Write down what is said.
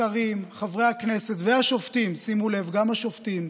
השרים, חברי הכנסת והשופטים, שימו לב: גם השופטים,